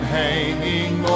hanging